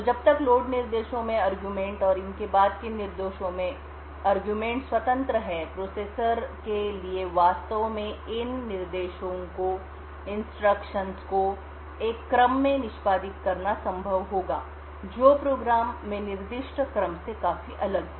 तो जब तक लोड निर्देशों में अरगुमेंट और इन के बाद के निर्देशों में अरगुमेंट स्वतंत्र हैं प्रोसेसर के लिए वास्तव में इन निर्देशों को एक क्रमorder आदेश में निष्पादित करना संभव होगा जो कार्यक्रम में निर्दिष्ट क्रम से काफी अलग है